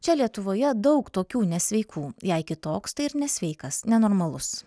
čia lietuvoje daug tokių nesveikų jei kitoks tai ir nesveikas nenormalus